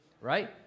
Right